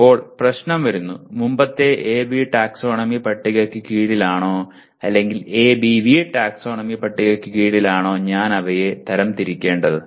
അപ്പോൾ പ്രശ്നം വരുന്നു മുമ്പത്തെ എബി ടാക്സോണമി പട്ടികയ്ക്ക് കീഴിലാണോ അല്ലെങ്കിൽ എബിവി ടാക്സോണമി പട്ടികയ്ക്ക് കീഴിലാണോ ഞാൻ അവയെ തരംതിരിക്കേണ്ടത്